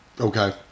Okay